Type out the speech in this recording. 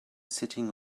sitting